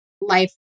life